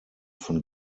von